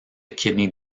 kidney